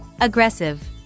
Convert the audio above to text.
Aggressive